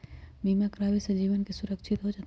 बीमा करावे से जीवन के सुरक्षित हो जतई?